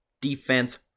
defense